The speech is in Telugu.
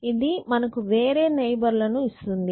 ఇది మనకు వేరే నైబర్ లను ఇస్తుంది